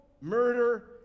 murder